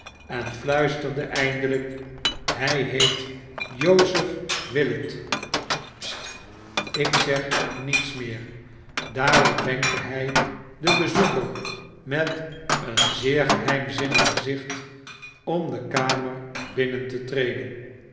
en fluisterde eindelijk hij heet joseph willet st ik zeg niets meer daarop wenkte hij den bezoeker met een zeer geheimzinnig gezicht om de kamer binnen te treden